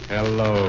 Hello